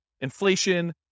Inflation